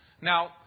now